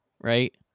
Right